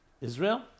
Israel